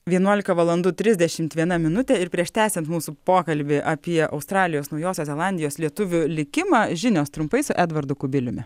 vienuolika valandų trisdešimt viena minutė ir prieš tęsiant mūsų pokalbį apie australijos naujosios zelandijos lietuvių likimą žinios trumpai su edvardu kubiliumi